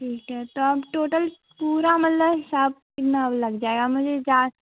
ठीक है तब टोटल पूरा मदलब सब इनौ लग जाएगा मुझे जाद